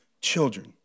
children